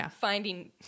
finding